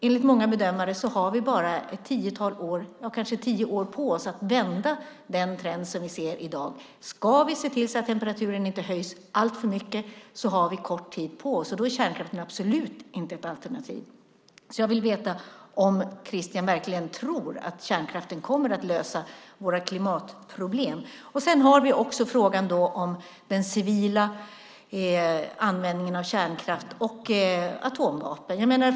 Enligt många bedömare har vi kanske tio år på oss att vända dagens trend. Om vi ska se till att temperaturen inte höjs alltför mycket har vi endast kort tid på oss, och då är kärnkraften absolut inte ett alternativ. Jag vill därför veta om Christian Holm verkligen tror att kärnkraften kommer att lösa våra klimatproblem. Vi har också frågan om den civila användningen av kärnkraft och atomvapen.